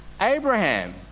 Abraham